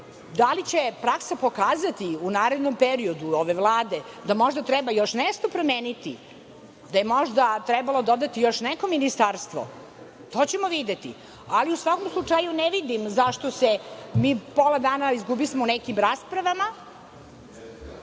li će praksa pokazati u narednom periodu ove Vlade da možda treba još nešto promeniti, da je možda trebalo dodati još neko ministarstvo, to ćemo videti. Ali, u svakom slučaju, ne vidim zašto pola dana izgubismo u nekim raspravama,